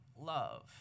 love